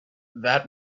that